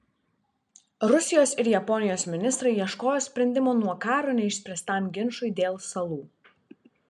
rusijos ir japonijos ministrai ieškojo sprendimo nuo karo neišspręstam ginčui dėl salų